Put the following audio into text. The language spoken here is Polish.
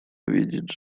wiedzieć